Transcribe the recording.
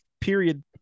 period